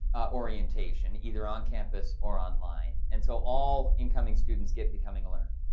orientation, either on campus or online. and so all incoming students get becoming a learner.